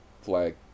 flag